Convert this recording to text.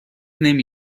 نمی